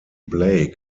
blake